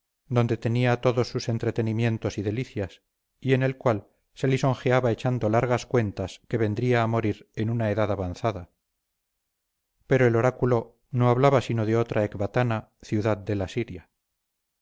donde tenía todos sus entretenimientos y delicias y en la cual se lisonjeaba echando largas cuentas que vendría a morir en una edad avanzada pero el oráculo no hablaba sino de otra ecbatana ciudad de la siria